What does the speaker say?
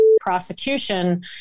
prosecution